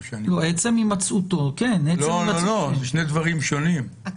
לא, עצם הימצאותו --- לא, לא.